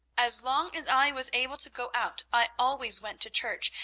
as long as i was able to go out i always went to church,